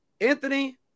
Anthony